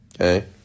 okay